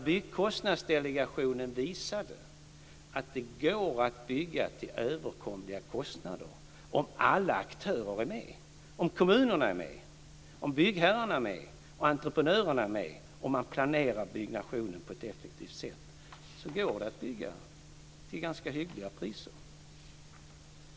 Byggkostnadsdelegationen visade att det går att bygga till överkomliga kostnader om alla aktörer är med. Om kommunerna är med, om byggherrarna är med, om entreprenörerna är med och om man planerar byggnationen på ett effektivt sätt går det att bygga till ganska hyggliga priser.